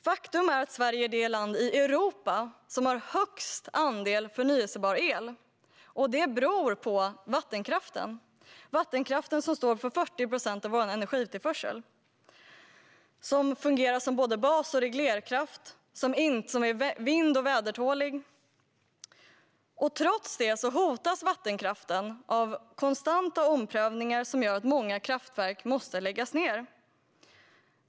Faktum är att Sverige är det land i Europa som har störst andel förnybar el, och det beror på vattenkraften, som står för 40 procent av vår energitillförsel. Den fungerar som både bas och reglerkraft och är vind och vädertålig. Trots detta hotas vattenkraften av konstanta omprövningar som gör att många kraftverk måste läggas ned.